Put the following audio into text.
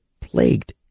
plagued